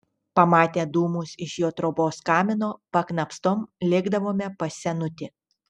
pamatę dūmus iš jo trobos kamino paknopstom lėkdavome pas senutį